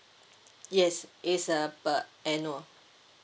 yes it's uh per annual